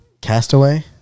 Castaway